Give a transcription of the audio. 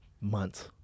Months